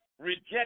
reject